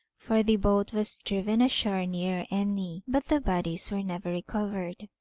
for the boat was driven ashore near enni but the bodies were never recovered.